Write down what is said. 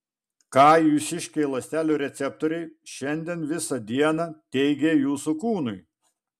ką jūsiškiai ląstelių receptoriai šiandien visą dieną teigė jūsų kūnui